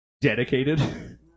dedicated